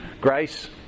grace